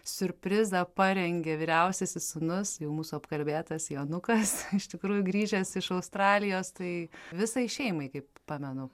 siurprizą parengė vyriausiasis sūnus jau mūsų apkalbėtas jonukas iš tikrųjų grįžęs iš australijos tai visai šeimai kaip pamenu